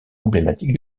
emblématique